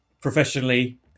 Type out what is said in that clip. professionally